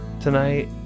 tonight